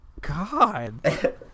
God